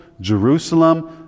jerusalem